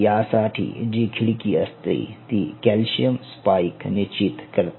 यासाठी जी खिडकी असते ती कॅल्शियम स्पाइक निश्चित करते